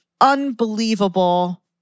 unbelievable